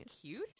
cute